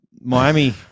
Miami